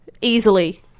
Easily